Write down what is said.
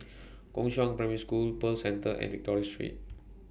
Gongshang Primary School Pearl Centre and Victoria Street